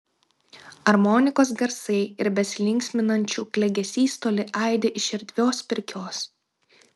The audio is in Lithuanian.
armonikos garsai ir besilinksminančių klegesys toli aidi iš erdvios pirkios